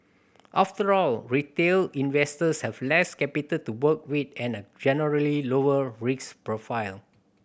after all retail investors have less capital to work with and a generally lower risk profile